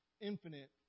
infinite